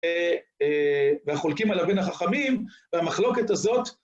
והחולקים עליו בין החכמים, והמחלוקת הזאת...